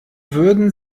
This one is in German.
würden